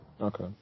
okay